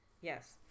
Yes